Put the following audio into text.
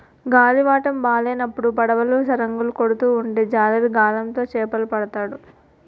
గాలివాటము బాలేనప్పుడు పడవలు సరంగులు కొడుతూ ఉంటే జాలరి గాలం తో చేపలు పడతాడు